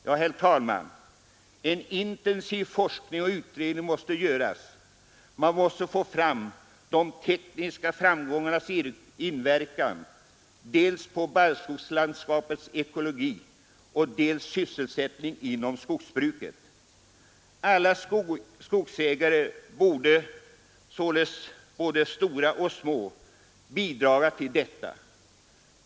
Ja, herr talman, en intensiv forskning och utredning måste göras. Man måste få fram de tekniska framgångarnas inverkan dels på barrskogslandskapets ekologi, dels på sysselsättningen inom skogsbruket. Alla skogsägare, således både stora och små, borde bidraga till detta.